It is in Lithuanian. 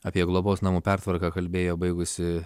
apie globos namų pertvarką kalbėjo baigusi